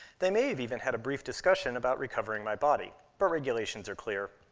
they may have even had a brief discussion about recovering my body. but regulations are clear.